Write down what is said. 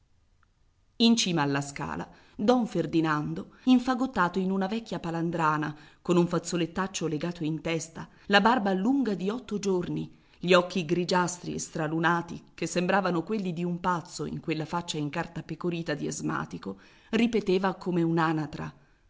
in cima alla scala don ferdinando infagottato in una vecchia palandrana con un fazzolettaccio legato in testa la barba lunga di otto giorni gli occhi grigiastri e stralunati che sembravano quelli di un pazzo in quella faccia incartapecorita di asmatico ripeteva come